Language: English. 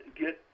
get